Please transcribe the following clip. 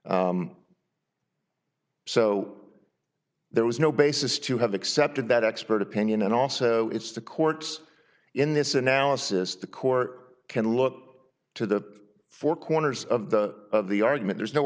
so there was no basis to have accepted that expert opinion and also it's the court's in this analysis the court can look to the four corners of the of the argument there's no